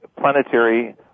planetary